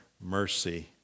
mercy